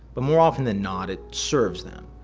but more often than not it serves them.